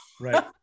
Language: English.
Right